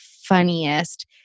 funniest